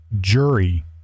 jury